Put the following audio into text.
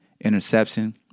interception